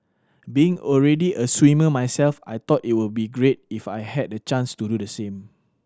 being already a swimmer myself I thought it will be great if I had the chance to do the same